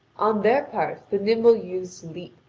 on their part the nimble youths leap,